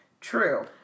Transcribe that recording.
True